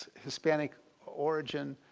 hispanic origin,